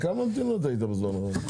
בכמה מקומות היית בזמן האחרון?